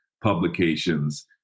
publications